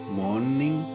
morning